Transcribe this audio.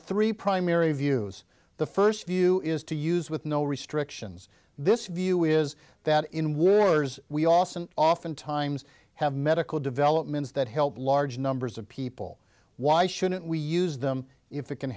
three primary views the first view is to use with no restrictions this view is that in wars we awesome often times have medical developments that help large numbers of people why shouldn't we use them if it can